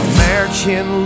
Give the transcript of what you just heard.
American